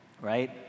right